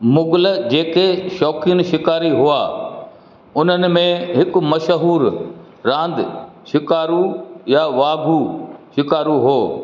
मुग़ल जेके शौक़ीन शिकारी हुआ उन्हनि में हिकु मशहूरु रांदि शिकारु या वाघु शिकारु हो